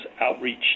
outreach